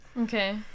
Okay